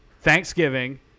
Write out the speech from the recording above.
Thanksgiving